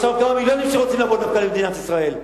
יש עוד כמה מיליונים שרוצים לבוא דווקא למדינת ישראל,